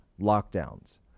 lockdowns